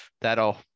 that'll